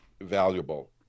valuable